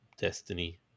Destiny